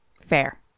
fair